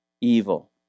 evil